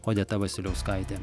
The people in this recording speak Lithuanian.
odeta vasiliauskaitė